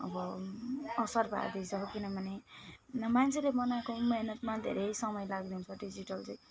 अब असर पार्दैछ अब किनभने मान्छेले बनाएको मेहनतमा धेरै समय लाग्ने त्यो डिजिटल चाहिँ